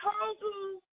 Total